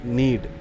need